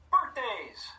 Birthdays